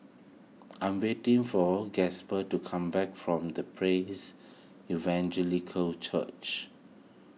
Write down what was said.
I am waiting for Gasper to come back from the Praise Evangelical Church